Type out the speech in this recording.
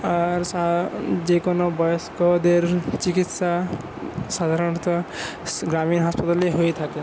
আর যে কোনো বয়স্কদের চিকিৎসা সাধারণত গ্রামের হাসপাতালেই হয়ে থাকে